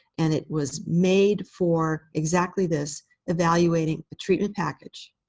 and it was made for exactly this evaluating treatment package.